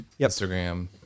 Instagram